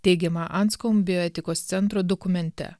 teigiama anskom bioetikos centro dokumente